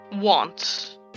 want